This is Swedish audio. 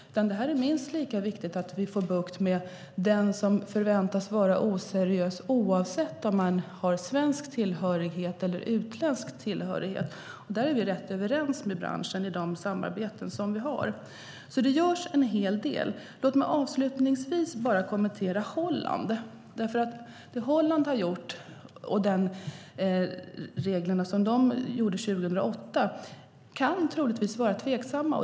Det är minst lika viktigt att vi får bukt med dem som förväntas vara oseriösa, oavsett om de har svensk tillhörighet eller utländsk tillhörighet. Där är vi rätt överens med branschen i de samarbeten som vi har. Det görs alltså en hel del. Låt mig avslutningsvis kommentera Holland. De regler som Holland införde 2008 kan troligtvis vara tveksamma.